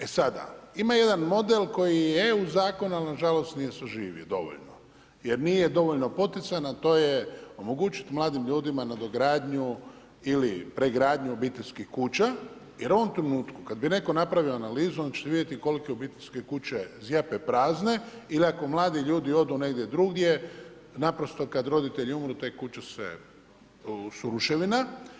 E sada, ima jedan model koji je u Zakonu, ali nažalost nije saživio dovoljno jer nije dovoljno potican a to je omogućiti mladim ljudima nadogradnju ili pregradnju obiteljskih kuća jer u ovom trenutku kad bi netko napravio analizu, onda ćete vidjeti koliko obiteljske kuće zjape prazne ili ako mladi ljudi odu negdje drugdje, naprosto kad roditelji umru te kuće su ruševina.